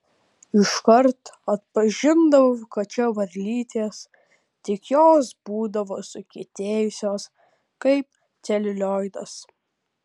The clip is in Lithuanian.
iškart atpažindavau kad čia varlytės tik jos būdavo sukietėjusios kaip celiulioidas